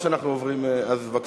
או שאנחנו עוברים, אז בבקשה.